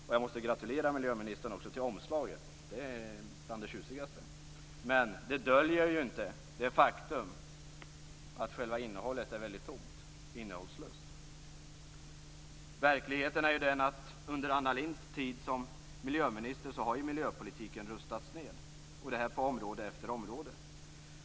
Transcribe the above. Och jag måste gratulera miljöministern också till omslaget, det är bland det tjusigaste. Men det döljer ju inte det faktum att själva propositionen är innehållslös. Verkligheten är att miljöpolitiken under Anna Lindhs tid som miljöminister har rustats ned på område efter område.